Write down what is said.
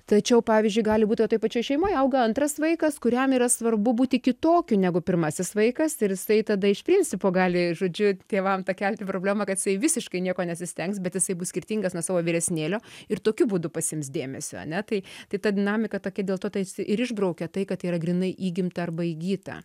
tačiau pavyzdžiui gali būti kad toj pačioj šeimoj auga antras vaikas kuriam yra svarbu būti kitokiu negu pirmasis vaikas ir jisai tada iš principo gali žodžiu tėvam pakelti problemą kad jisai visiškai nieko nesistengs bet jisai bus skirtingas nuo savo vyresnėlio ir tokiu būdu pasiims dėmesio ane tai tai ta dinamika tokia dėl to tarsi išbraukia tai kad yra grynai įgimta arba įgyta